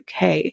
UK